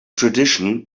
tradition